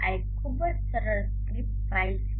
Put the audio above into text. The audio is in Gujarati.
આ એક ખૂબ જ સરળ સ્ક્રિપ્ટ ફાઇલ છે